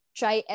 try